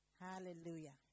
Hallelujah